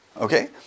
Okay